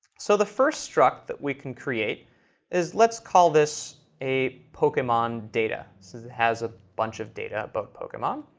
so the first struct that we can create is, let's call this a pokemon data since it has a bunch of data about pokemon.